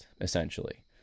essentially